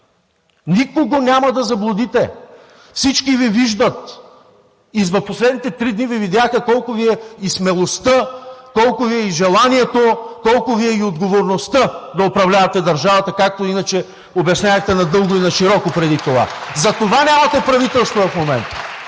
Никого няма да заблудите, всички Ви виждат! И в последните три дни Ви видяха колко Ви е и смелостта, колко Ви е и желанието, колко Ви е и отговорността да управлявате държавата, както иначе обяснявахте надълго и нашироко преди това. Затова нямате правителство в момента.